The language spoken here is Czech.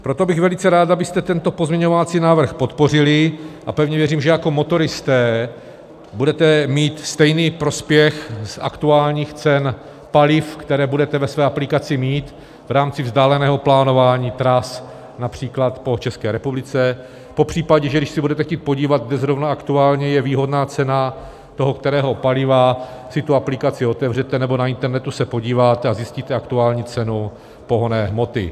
Proto bych velice rád, abyste tento pozměňovací návrh podpořili, a pevně věřím, že jako motoristé budete mít stejný prospěch z aktuálních cen paliv, které budete ve své aplikaci mít v rámci vzdáleného plánování tras, například po České republice, popřípadě že když se budete chtít podívat, kde zrovna aktuálně je výhodná cena toho kterého paliva, si tu aplikaci otevřete nebo na internetu se podíváte a zjistíte aktuální cenu pohonné hmoty.